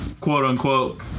quote-unquote